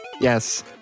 Yes